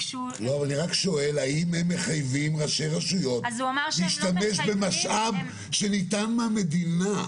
האם הן מחייבים ראשי רשויות להשתמש במשאב שניתן מהמדינה,